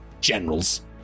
generals